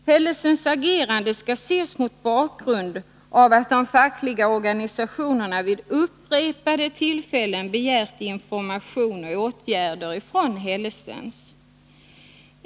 Hellesens agerande skall ses mot bakgrund av att de fackliga organisationerna vid upprepade tillfällen begärt information och åtgärder från Hellesens.